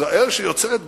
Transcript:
ישראל שיוצרת גדר.